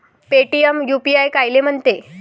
Paytm UPI कायले म्हनते?